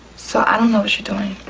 so i don't know what you doing.